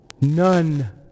None